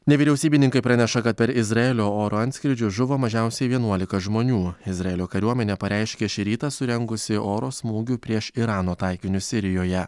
nevyriausybininkai praneša kad per izraelio oro antskrydžius žuvo mažiausiai vienuolika žmonių izraelio kariuomenė pareiškė šį rytą surengusi oro smūgių prieš irano taikinius sirijoje